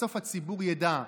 בסוף הציבור ידע.